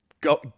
go